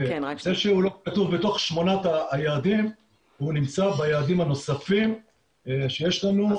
זה שהוא לא כתוב בתוך שמונת היעדים והוא נמצא ביעדים הנוספים שיש לנו.